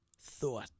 thought